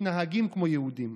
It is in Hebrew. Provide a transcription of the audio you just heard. מתנהגים כמו יהודים.